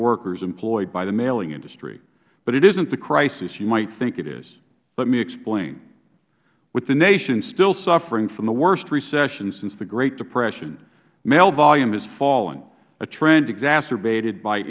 workers employed by the mailing industry but it isn't the crisis you might think it is let me explain with the nation still suffering from the worst recession since the great depression mail volume has fallen a trend exacerbated by